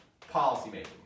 policymaking